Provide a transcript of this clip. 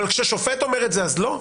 אבל כאשר שופט את זה, אז לא?